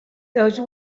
those